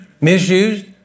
Misused